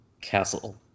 castle